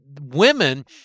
women